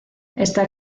está